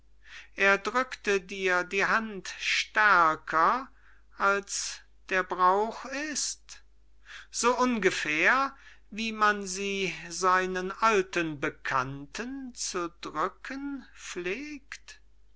er drückte dir die hand stärker als der brauch ist so ungefähr wie man sie seinen alten bekannten zu drücken